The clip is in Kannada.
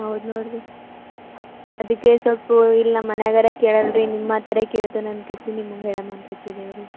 ಹೌದು ನೋಡಿರಿ ಅದಕ್ಕೆ ಸ್ವಲ್ಪ ಇಲ್ಲಿ ನಮ್ಮ ಮನೆಯಾಗಾರ ಕೇಳಲ್ಲ ರೀ ನಿಮ್ಮ ಮಾತಾರು ಕೇಳ್ತಾನೆ ಅಂತ ನಿಮ್ಗೆ ಹೇಳಾಮ ಅಂತ ಹಚ್ಚಿದೇವೆ ರೀ